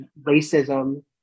racism